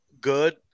good